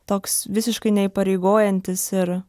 toks visiškai neįpareigojantis ir